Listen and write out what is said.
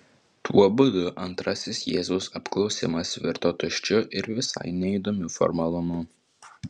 tuo būdu antrasis jėzaus apklausimas virto tuščiu ir visai neįdomiu formalumu